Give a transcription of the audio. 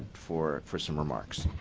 for for some remarks.